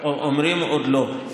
אומרים: עוד לא.